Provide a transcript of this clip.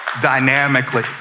dynamically